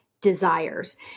desires